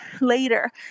later